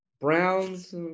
Browns